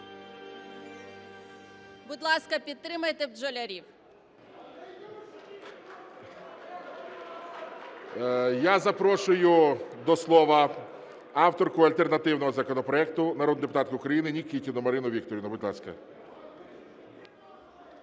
Будь ласка, підтримайте бджолярів. ГОЛОВУЮЧИЙ. Я запрошую до слова авторку альтернативного законопроекту народу депутатку України Нікітіну Марину Вікторівну. Будь ласка.